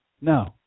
No